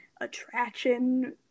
attraction